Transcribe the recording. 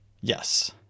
yes